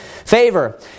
favor